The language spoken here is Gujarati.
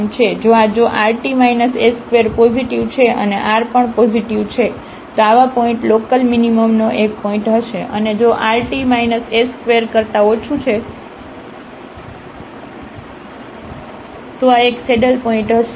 જો આ જો rt s2 પોઝિટિવ છે અને r પણ પોઝિટિવ છે તો આવા પોઇન્ટ લોકલમીનીમમનો એક પોઇન્ટ હશે અને જો rt s2 કરતા ઓછું છે તો આ એક સેડલપોઇન્ટ હશે